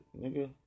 Nigga